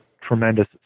tremendous